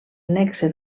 nexe